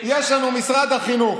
34. יש לנו: משרד החינוך,